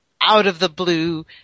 out-of-the-blue